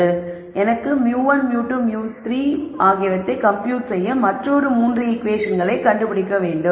எனக்கு μ1 μ2 மற்றும் μ3 ஆகியவற்றைக் கம்ப்யூட் செய்ய மற்றொரு 3 ஈகுவேஷன்களை கண்டுபிடிக்க வேண்டும்